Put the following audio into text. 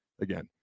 again